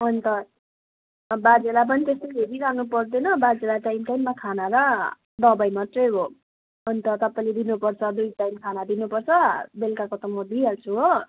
अन्त बाजेलाई पनि त्यस्तो हेरिरहनु पर्दैन बाजेलाई टाइम टाइममा खाना र दबाई मात्रै हो अन्त तपाईँले दिनुपर्छ दुई टाइम खाना दिनुपर्छ बेलुकाको त म दिइहाल्छु हो